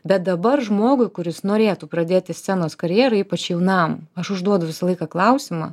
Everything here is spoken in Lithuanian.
bet dabar žmogui kuris norėtų pradėti scenos karjerą ypač jaunam aš užduodu visą laiką klausimą